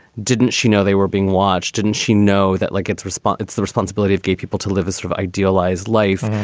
didn't she know they were being watched? didn't she know that, like its response, it's the responsibility of gay people to live a sort of idealized life?